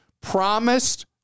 promised